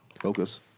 focus